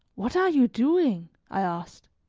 what are you doing? i asked.